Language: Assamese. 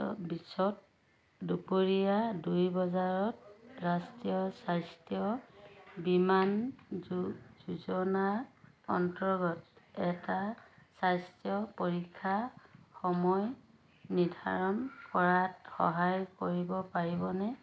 বিছত দুপৰীয়া দুই বজাত ৰাষ্ট্ৰীয় স্বাস্থ্য বীমা যো যোজনাৰ অন্তৰ্গত এটা স্বাস্থ্য পৰীক্ষাৰ সময় নিৰ্ধাৰণ কৰাত সহায় কৰিব পাৰিবনে